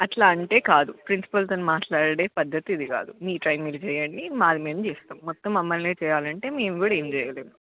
అట్లా అంటే కాదు ప్రిన్సిపల్తో మాట్లాడే పద్ధతి ఇది కాదు మీ ట్రై మీరు చేయండి మాది మేము చేస్తాం మొత్తం మమ్మల్ని చేయాలంటే మేము కూడా ఏమి చేయలేం